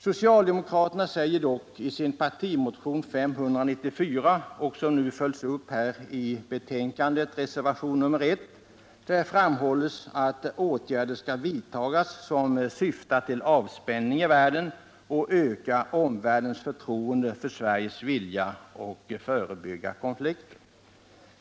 Socialdemokraterna säger i sin partimotion 594, som följs upp i reservationen 1 i betänkandet, att åtgärder skall vidtas som syftar till avspänning i världen och till att öka omvärldens förtroende för Sveriges vilja att förebygga konflikter.